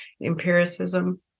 empiricism